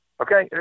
Okay